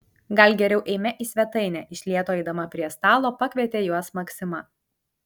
gal geriau eime į svetainę iš lėto eidama prie stalo pakvietė juos maksima